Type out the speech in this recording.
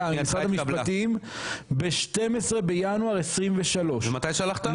במשרד המשפטים ב-12 בינואר 2023. מתי שלחת?